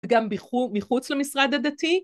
גם מחוץ למשרד הדתי